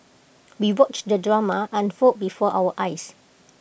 we watched the drama unfold before our eyes